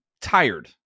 tired